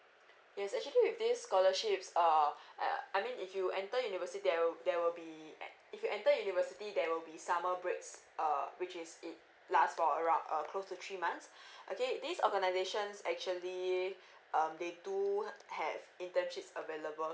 yes actually with this scholarships uh uh I mean if you enter university there will there will be an if you enter university there will be summer breaks uh which is it last for around uh close to three months okay these organisations actually um they do have internships available